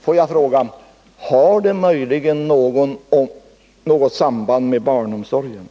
Får jag fråga: Har det möjligen något samband med barnomsorgen?